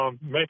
make